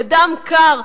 בדם קר,